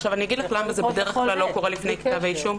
עכשיו אני אגיד לך למה בדרך כלל זה לא קורה לפני כתב האישום.